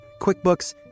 QuickBooks